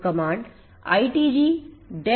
तो command ITGDec log है